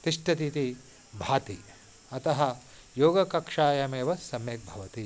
तिष्ठति इति भाति अतः योगकक्षायामेव सम्यक् भवति